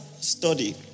study